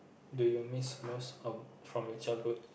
do you miss most of from your childhood